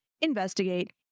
investigate